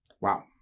Wow